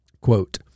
quote